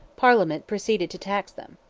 parliament proceeded to tax them.